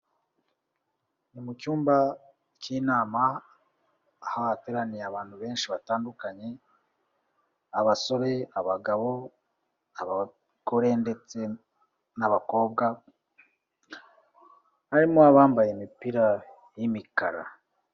Ni mu cyumba k'inama hateraniye abantu benshi batandukanye, abasore, abagabo, abagore ndetse n'abakobwa, harimo abambaye imipira y'imikara.